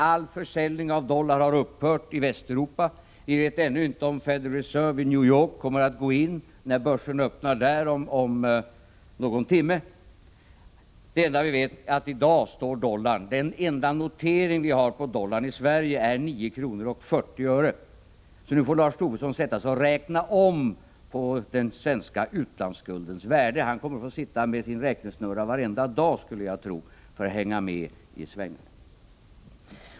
All försäljning av dollar har upphört i Västeuropa. Vi vet ännu inte om Federal Reserve i New York kommer att gripa in när börsen där öppnar om någon timme. Den enda notering vi i dag har på dollarn i Sverige är 9:40 kr. Därmed får Lars Tobisson sätta sig ner och räkna om den svenska utlandsskuldens värde. Jag skulle tro att han får sitta med sin räknesnurra varenda dag för att hänga med i svängarna.